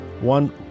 one